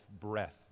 breath